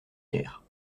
pierres